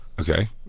Okay